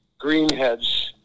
greenheads